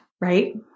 Right